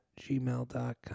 gmail.com